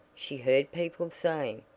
she heard people saying.